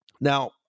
Now